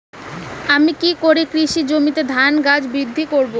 আমি কী করে কৃষি জমিতে ধান গাছ বৃদ্ধি করব?